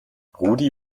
rudi